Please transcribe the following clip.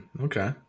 Okay